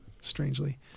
strangely